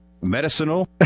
Medicinal